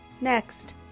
Next